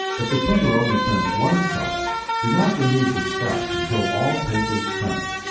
if the printer only prints one side, do not remove the stack until all pages print.